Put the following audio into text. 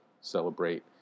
celebrate